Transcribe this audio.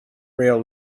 rail